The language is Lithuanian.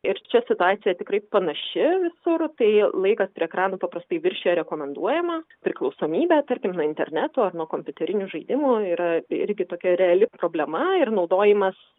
ir čia situacija tikrai panaši visur tai laikas prie ekranų paprastai viršija rekomenduojamą priklausomybė tarkim nuo interneto ar nuo kompiuterinių žaidimų yra irgi tokia reali problema ir naudojimas